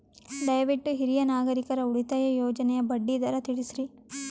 ದಯವಿಟ್ಟು ಹಿರಿಯ ನಾಗರಿಕರ ಉಳಿತಾಯ ಯೋಜನೆಯ ಬಡ್ಡಿ ದರ ತಿಳಸ್ರಿ